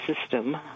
system